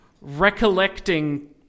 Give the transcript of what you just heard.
recollecting